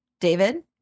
david